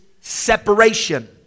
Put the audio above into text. separation